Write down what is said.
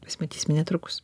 pasimatysime netrukus